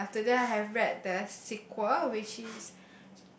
and after that I have read the sequel which is